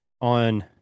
on